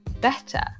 better